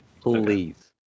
Please